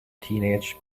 teenage